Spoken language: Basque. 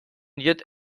diot